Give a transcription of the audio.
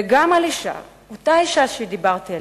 וגם על אשה מוכה, אותה אשה שדיברתי עליה,